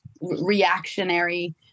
reactionary